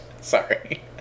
Sorry